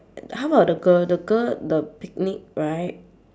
how about the girl the girl the picnic right